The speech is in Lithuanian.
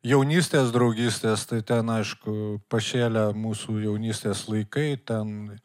jaunystės draugystės tai ten aišku pašėlę mūsų jaunystės laikai ten